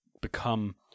become